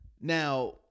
Now